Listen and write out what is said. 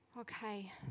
Okay